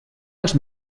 als